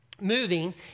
moving